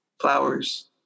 flowers